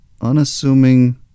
unassuming